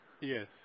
Yes